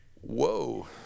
Whoa